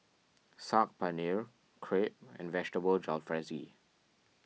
Saag Paneer Crepe and Vegetable Jalfrezi